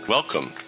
Welcome